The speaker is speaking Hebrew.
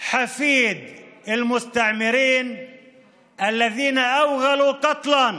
נביא האסלאם, תפילת האל עליו וברכתו לשלום,